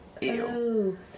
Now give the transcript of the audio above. Ew